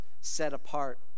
set-apart